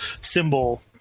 symbol